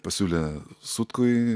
pasiūlė sutkui